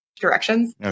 directions